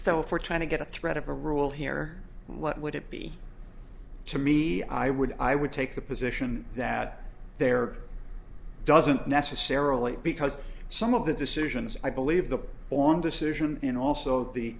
we're trying to get a thread of a rule here what would it be to me i would i would take the position that there doesn't necessarily because some of the decisions i believe the on decision you know also the